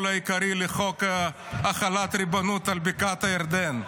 העיקרי לחוק החלת הריבונות על בקעת הירדן.